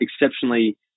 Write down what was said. exceptionally